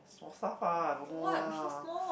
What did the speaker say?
small stuff ah I don't know ah